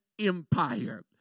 Empire